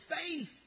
faith